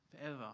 forever